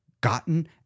gotten